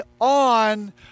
on